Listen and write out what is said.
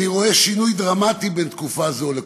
אני רואה שינוי דרמטי בין תקופה זו לקודמתה.